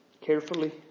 carefully